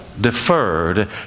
deferred